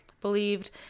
believed